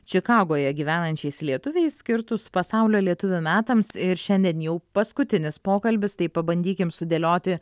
čikagoje gyvenančiais lietuviais skirtus pasaulio lietuvių metams ir šiandien jau paskutinis pokalbis tai pabandykim sudėlioti